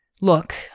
Look